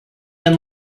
and